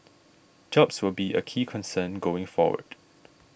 jobs will be a key concern going forward